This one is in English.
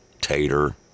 tater